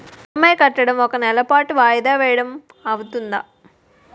EMI కట్టడం ఒక నెల పాటు వాయిదా వేయటం అవ్తుందా?